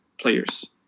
players